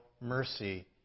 mercy